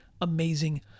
amazing